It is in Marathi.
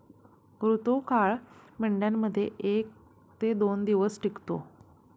ऋतुकाळ मेंढ्यांमध्ये एक ते दोन दिवस टिकतो